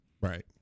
Right